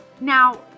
Now